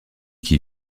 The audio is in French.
qui